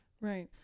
right